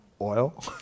Oil